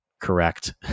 correct